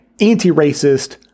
anti-racist